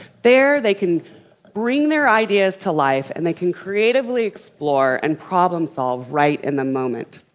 there they can bring their ideas to life, and they can creatively explore, and problem solve right in the moment.